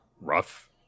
rough